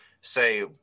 say –